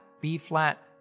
B-flat